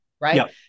right